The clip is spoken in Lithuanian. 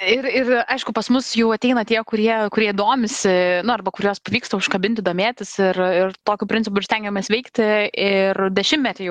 ir ir aišku pas mus jau ateina tie kurie kurie domisi nu arba kuriuos pavyksta užkabinti domėtis ir ir tokiu principu ir stengiamės veikti ir dešimtmetį jau